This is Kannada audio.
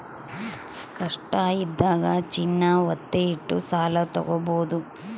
ಕಷ್ಟ ಇದ್ದಾಗ ಚಿನ್ನ ವತ್ತೆ ಇಟ್ಟು ಸಾಲ ತಾಗೊಬೋದು